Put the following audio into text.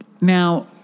now